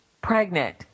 pregnant